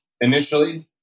initially